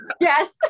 Yes